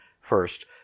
First